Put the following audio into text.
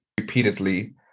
repeatedly